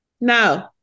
No